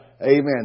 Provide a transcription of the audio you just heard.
Amen